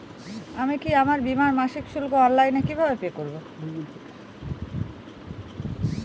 আমি কি আমার বীমার মাসিক শুল্ক অনলাইনে কিভাবে পে করব?